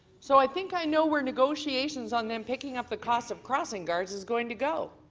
so i think i know where negotiations on them picking up the costs of crossing guards is going to go,